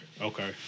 Okay